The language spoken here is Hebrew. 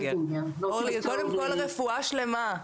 קודם כל רפואה שלמה.